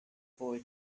boy